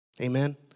Amen